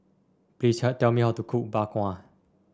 please tell me how to cook Bak Kwa